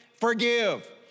forgive